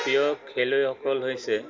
প্ৰিয় খেলুৱৈসকল হৈছে